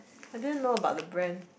I didn't know about the brand